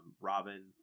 Robin